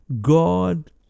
God